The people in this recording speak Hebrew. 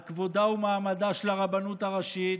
על כבודה ומעמדה של הרבנות הראשית,